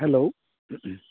hello